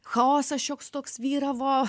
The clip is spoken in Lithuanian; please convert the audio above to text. chaosas šioks toks vyravo